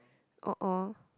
orh orh